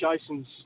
Jason's